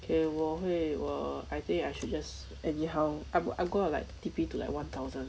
K 我会我 I think I should just anyhow I'm I'm going to like T_P to like one thousand